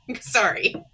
sorry